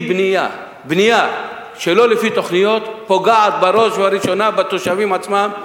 בנייה שלא לפי תוכניות פוגעת בראש ובראשונה בתושבים עצמם,